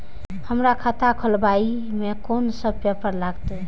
हमरा खाता खोलाबई में कुन सब पेपर लागत?